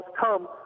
come